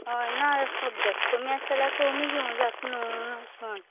ना हय सबजेक्ट कमी आसा जाल्यार कमी घेवूं जाता न्हूं